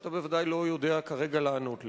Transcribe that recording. שאתה בוודאי לא יודע כרגע לענות לי,